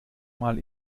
mal